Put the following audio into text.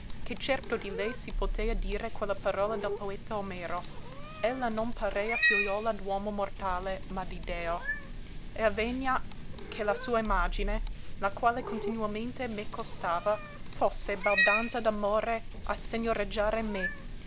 che certo di lei si potea dire quella parola del poeta omero ella non parea figliuola d'uomo mortale ma di deo e avegna che la sua imagine la quale continuamente meco stava fosse baldanza d'amore a segnoreggiare me